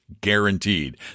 guaranteed